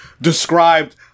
described